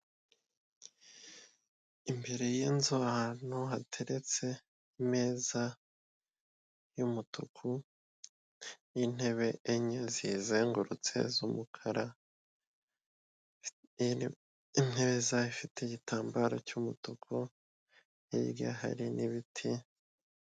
Imbere yinzu ahantu hateretse imeza y'umutuku nintebe enye ziyizengurutse z'umukara intebe ifite igitambaro cy'umutuku hirya hari n'ibiti.